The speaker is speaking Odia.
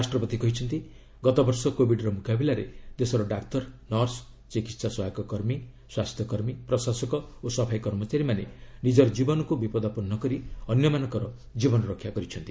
ରାଷ୍ଟ୍ରପତି କହିଛନ୍ତି ଗତବର୍ଷ କୋବିଡ୍ର ମୁକାବିଲାରେ ଦେଶର ଡାକ୍ତର ନର୍ସ ଚିକିତ୍ସା ସହାୟକ କର୍ମ ସ୍ୱାସ୍ଥ୍ୟ କର୍ମୀ ପ୍ରଶାସକ ଓ ସଫେଇ କର୍ମଚାରୀମାନେ ନିଜର ଜୀବନକୁ ବିପଦାପର୍ଣ୍ଣ କରି ଅନ୍ୟମାନଙ୍କର ଜୀବନରକ୍ଷା କରିଛନ୍ତି